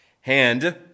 Hand